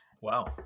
wow